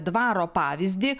dvaro pavyzdį